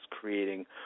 creating